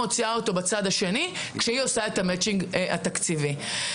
מוציאה אותו בצד השני כשהיא עושה את המימון התואם התקציבי.